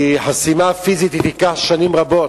כי חסימה פיזית תיקח שנים רבות.